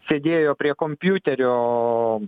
sėdėjo prie kompiuterio